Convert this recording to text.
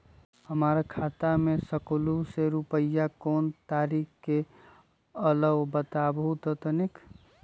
हमर खाता में सकलू से रूपया कोन तारीक के अलऊह बताहु त तनिक?